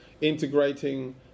integrating